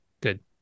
good